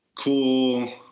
cool